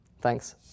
Thanks